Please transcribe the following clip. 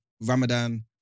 Ramadan